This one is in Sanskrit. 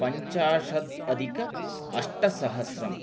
पञ्चाशत् अधिक अष्टसहस्रम्